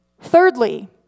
Thirdly